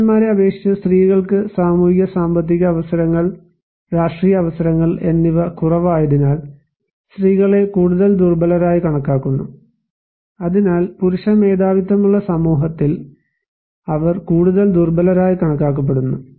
പുരുഷന്മാരെ അപേക്ഷിച്ച് സ്ത്രീകൾക്ക് സാമൂഹിക സാമ്പത്തിക അവസരങ്ങൾ രാഷ്ട്രീയ അവസരങ്ങൾ എന്നിവ കുറവായതിനാൽ സ്ത്രീകളെ കൂടുതൽ ദുർബലരായി കണക്കാക്കുന്നു അതിനാൽ പുരുഷ മേധാവിത്വമുള്ള സമൂഹത്തിൽ അവർ കൂടുതൽ ദുർബലരായി കണക്കാക്കപ്പെടുന്നു